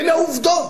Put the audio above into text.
אלה העובדות.